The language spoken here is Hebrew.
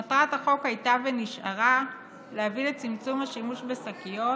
מטרת החוק הייתה ונשארה להביא לצמצום השימוש בשקיות